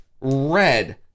red